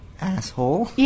Asshole